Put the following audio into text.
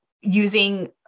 using